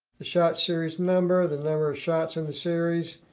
the shot series number, the number of shots in the series.